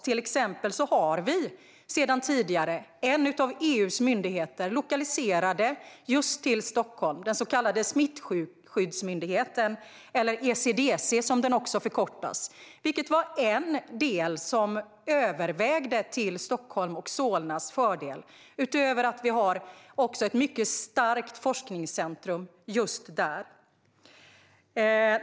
Till exempel har vi sedan tidigare en av EU:s myndigheter lokaliserad till just Stockholm: smittskyddsmyndigheten som förkortas ECDC. Det var en del som övervägde till Stockholms och Solnas fördel utöver att vi har ett mycket starkt forskningscentrum just där.